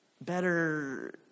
Better